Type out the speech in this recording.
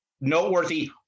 noteworthy